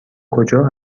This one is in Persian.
کجا